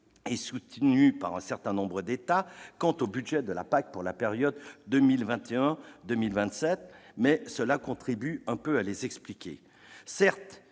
et soutenues par un certain nombre d'États quant au budget de la PAC pour la période 2021-2027, mais contribue quelque peu à les expliquer. Certes,